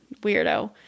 weirdo